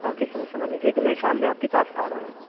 okay sir سمجھ لیجیے کہ میں شام میں آپ کے پاس آ رہا ہوں